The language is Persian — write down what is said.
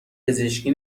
پزشکی